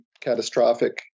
catastrophic